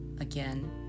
Again